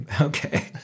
okay